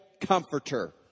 comforter